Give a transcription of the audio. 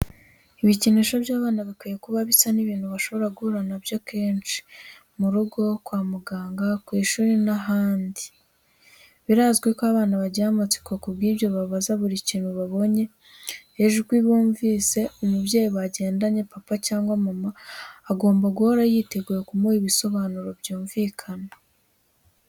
Ibikinisho by'abana bikwiye kuba bisa n'ibintu bashobora guhura na byo kenshi: mu rugo, kwa muganga, ku ishuri n'ahandi; birazwi ko abana bagira amatsiko, ku bw'ibyo barabaza, buri kintu babonye, ijwi bumvise; umubyeyi bagendanye, papa cyangwa mama, agomba guhora yiteguye kumuha ibisobanuro byumvikana.